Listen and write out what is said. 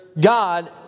God